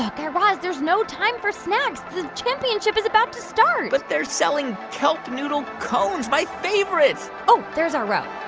ah guy raz, there's no time for snacks. the championship is about to start but they're selling kelp noodle cones, my favorite oh, there's our row.